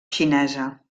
xinesa